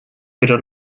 pero